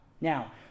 now